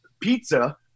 pizza